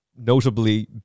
notably